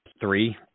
three